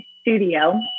studio